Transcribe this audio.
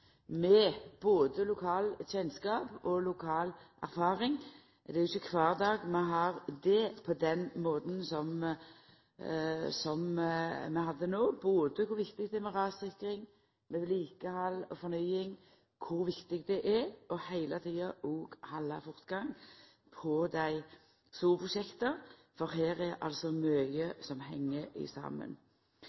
med både lokal kjennskap og lokal erfaring. Det er jo ikkje kvar dag vi har dét på den måten som vi hadde no, både kor viktig det er med rassikring, vedlikehald og fornying, og kor viktig det er heile tida òg å halda fortgang i dei store prosjekta, for her er det altså mykje som heng saman.